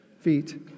feet